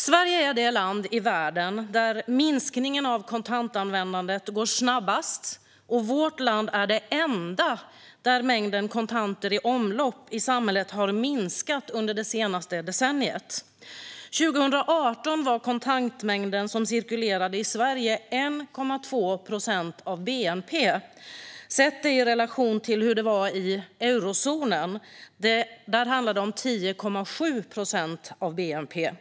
Sverige är det land i världen där minskningen av kontantanvändandet går snabbast, och vårt land är det enda där mängden kontanter i omlopp i samhället har minskat under det senaste decenniet. År 2018 var kontantmängden som cirkulerade i Sverige 1,2 procent av bnp. Det ska sättas i relation till hur det var i eurozonen. Där handlar det om 10,7 procent av bnp.